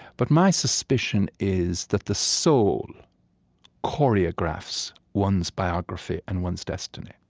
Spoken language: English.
but my suspicion is that the soul choreographs one's biography and one's destiny.